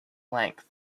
length